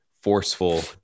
forceful